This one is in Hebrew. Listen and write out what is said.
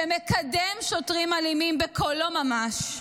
שמקדם שוטרים אלימים בקולו ממש,